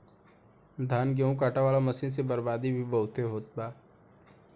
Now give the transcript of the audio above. धान, गेहूं काटे वाला मशीन से बर्बादी भी बहुते होत बा